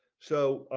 so